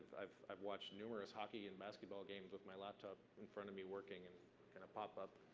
i've i've watched numerous hockey and basketball games with my laptop in front of me, working, and kind of pop up.